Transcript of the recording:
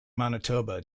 manitoba